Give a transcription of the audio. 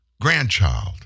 grandchild